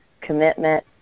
commitment